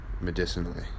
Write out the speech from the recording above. medicinally